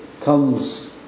comes